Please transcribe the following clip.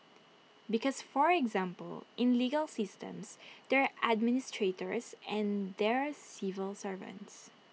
because for example in legal systems there are administrators and there are civil servants